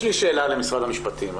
יש לי שאלה למשרד המשפטים.